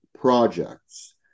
Projects